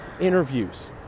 interviews